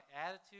attitude